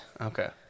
Okay